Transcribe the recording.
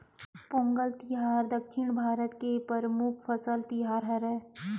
पोंगल तिहार दक्छिन भारत के परमुख फसल तिहार हरय